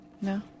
No